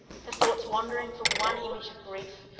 her thoughts wandering from one image of grief,